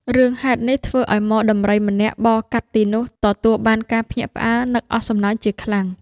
រឿងហេតុនេះធ្វើឱ្យហ្មដំរីម្នាក់បរកាត់ទីនោះទទួល បានការភ្ញាក់ផ្អើលនឹកអស់សំណើចជាខ្លាំង។